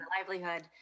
livelihood